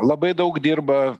labai daug dirba